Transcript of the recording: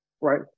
right